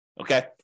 okay